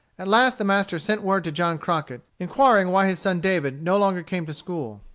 at last the master sent word to john crockett, inquiring why his son david no longer came to school.